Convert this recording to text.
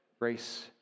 grace